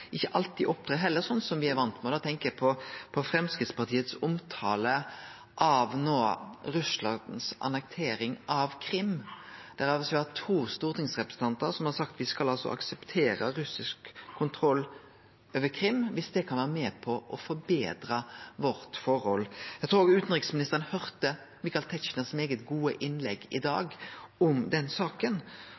ikkje alltid opptrer som me er vane med. Da tenkjer eg på Framstegspartiets omtale av Russlands annektering av Krim. To stortingsrepresentantar har sagt at me skal akseptere russisk kontroll over Krim viss det kan vere med på å forbetre forholdet vårt. Eg trur utanriksministeren høyrde det svært gode innlegget frå representanten Tetzschner i dag om den saka,